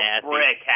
brick